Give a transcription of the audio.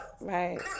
Right